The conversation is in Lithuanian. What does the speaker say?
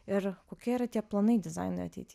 ir kokie yra tie planai dizainui ateity